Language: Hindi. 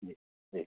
जी जी